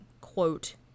quote